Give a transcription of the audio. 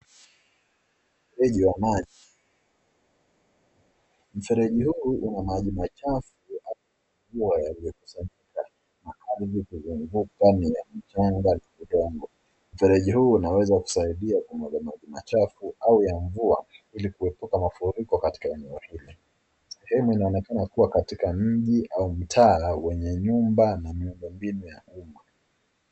Mfereji wa maji . Mfereji huu huna maji machafu ya mvua iliyokusanyika Karibu na mfunguo ndani ya mchanga ulio naudongo. Mfereji huu unaweza kusaidia kumwaga maji machafu au mafuriko ya mvua ili kuepa mafuriko katika eneo hili .sehemu inaoneka kuwa katika mjini au mtaa wenye nyumba na miundo jipya